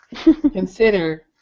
consider